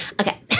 Okay